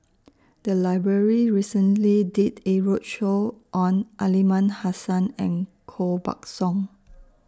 The Library recently did A roadshow on Aliman Hassan and Koh Buck Song